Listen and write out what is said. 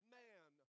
man